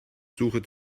suche